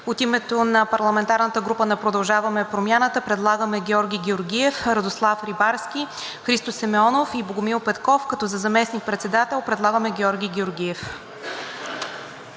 От името на парламентарната група „Продължаваме Промяната“ предлагаме Георги Георгиев, Радослав Рибарски, Христо Симеонов и Богомил Петков, като за заместник-председател предлагаме Георги Георгиев.